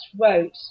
wrote